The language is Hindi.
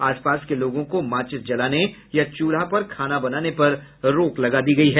आसपास के लोगों को माचिस जलाने या चूल्हा पर खाने बनाने पर रोक लगा दी है